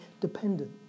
dependent